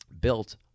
built